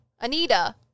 Anita